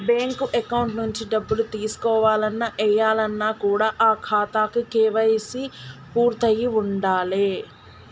bank account నుంచి డబ్బులు తీసుకోవాలన్న, ఏయాలన్న కూడా ఆ ఖాతాకి కేవైసీ పూర్తయ్యి ఉండాలే